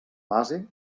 base